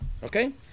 Okay